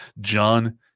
John